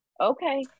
okay